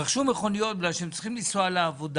רכשו מכוניות בגלל שהם צריכים לנסוע לעבודה.